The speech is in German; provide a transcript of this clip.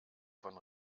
von